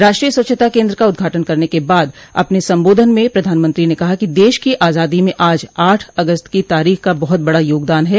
राष्ट्रीय स्वच्छता केन्द्र का उदघाटन करने के बाद अपने संबोधन में प्रधानमंत्री ने कहा कि देश की आजादी में आज आठ अगस्त की तारीख का बहुत बड़ा योगदान है